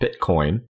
Bitcoin